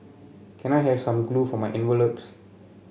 can I have some glue for my envelopes